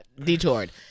detoured